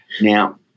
Now